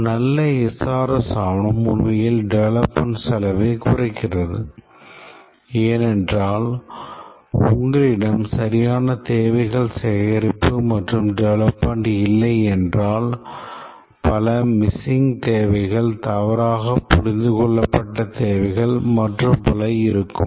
ஒரு நல்ல SRS ஆவணம் உண்மையில் டெவெலப்மென்ட் செலவைக் குறைக்கிறது ஏனென்றால் உங்களிடம் சரியான தேவைகள் சேகரிப்பு மற்றும் டெவெலப்மென்ட் இல்லை என்றால் பல மிஸ்ஸிங் தேவைகள் தவறாக புரிந்து கொள்ளப்பட்ட தேவைகள் மற்றும் பல இருக்கும்